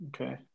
Okay